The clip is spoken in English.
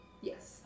Yes